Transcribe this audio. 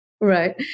Right